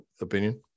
opinion